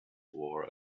wore